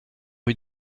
rue